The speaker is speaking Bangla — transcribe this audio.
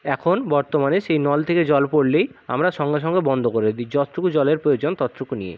এখন বর্তমানে সেই নল থেকে জল পড়লেই আমরা সঙ্গে সঙ্গে বন্ধ করে দিই যতটুকু জলের প্রয়োজন ততটুকু নিয়ে